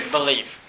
Believe